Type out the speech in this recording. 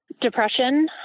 Depression